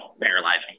paralyzing